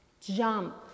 Jump